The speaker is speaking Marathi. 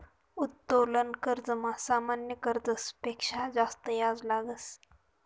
उत्तोलन कर्जमा सामान्य कर्जस पेक्शा जास्त याज लागस